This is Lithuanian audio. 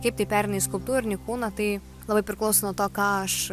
kaip tai pereina į skulptūrinį kūną tai labai priklauso nuo to ką aš